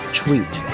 tweet